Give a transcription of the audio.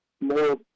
more